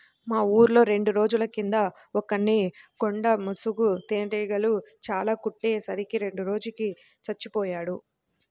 మా ఊర్లో రెండు రోజుల కింద ఒకర్ని కొండ ముసురు తేనీగలు చానా కుట్టే సరికి రెండో రోజుకి చచ్చిపొయ్యాడు